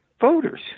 voters